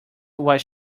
was